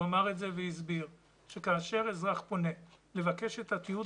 הוא אמר את זה והסביר שכאשר אזרח פונה לבקש את התיעוד